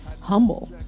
humble